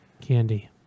Candy